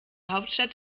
hauptstadt